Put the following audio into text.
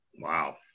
wow